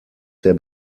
der